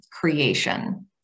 creation